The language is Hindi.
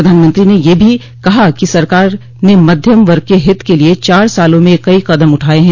प्रधानमंत्री ने यह भी कहा कि सरकार ने मध्यम वर्ग के हित के लिए चार सालों में कई कदम उठाये हैं